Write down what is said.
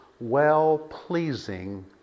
well-pleasing